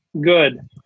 Good